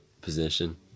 position